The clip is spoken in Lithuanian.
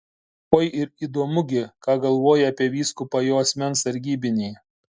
oi ir įdomu gi ką galvoja apie vyskupą jo asmens sargybiniai